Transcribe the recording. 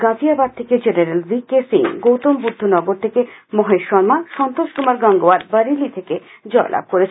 গাজিয়াবাদ থেকে general V K Singh Gautam Buddh Nagar থেকে মহেশ শর্মা সন্তোষ কুমার গাঙ্গেয়ার বরেলী থেকে জয়লাভ করেছেন